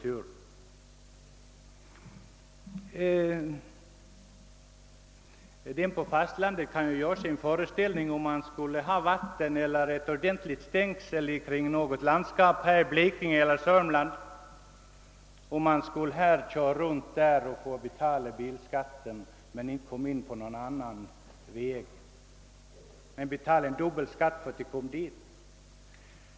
Invånarna på fastlandet kan ju göra en jämförelse med om man t.ex. skulle ha vatten eller ett ordentligt stängsel runt något landskap, som Blekinge eller Sörmland, och fick betala en dubbel bilskatt för att komma in på något annat område.